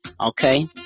okay